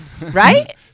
right